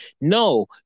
No